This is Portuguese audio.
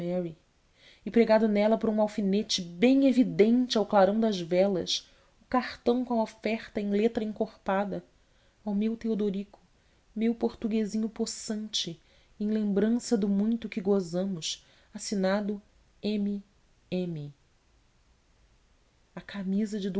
e pregado nela por um alfinete bem evidente ao clarão das velas o cartão com a oferta em letra encorpada ao meu teodorico meu portuguesinho possante em lembrança do muito que gozamos assinado m m a camisa de